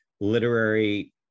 literary